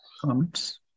comments